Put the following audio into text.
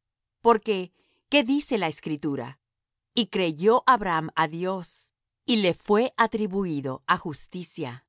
dios porque qué dice la escritura y creyó abraham á dios y le fué atribuído á justicia